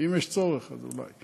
אם יש צורך אז אולי.